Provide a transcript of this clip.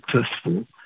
successful